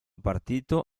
partito